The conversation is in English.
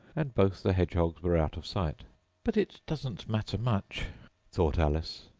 and both the hedgehogs were out of sight but it doesn't matter much thought alice,